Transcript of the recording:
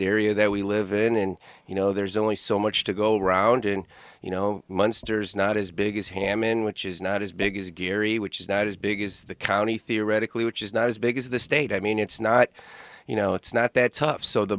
area that we live in and you know there's only so much to go around and you know munster's not as big as ham in which is not as big as gary which is not as big as the county theoretically which is not as big as the state i mean it's not you know it's not that tough so the